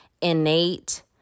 innate